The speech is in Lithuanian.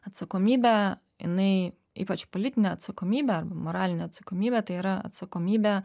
atsakomybė jinai ypač politinė atsakomybė arba moralinė atsakomybė tai yra atsakomybė